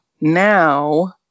now